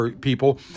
people